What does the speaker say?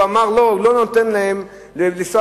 הוא אמר להם שהוא לא נותן להם לנסוע